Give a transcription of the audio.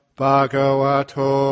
bhagavato